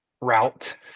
route